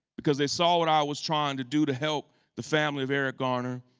because they saw what i was trying to do to help the family of eric garner